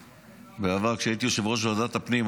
בעבר, כשהייתי יושב-ראש ועדת הפנים,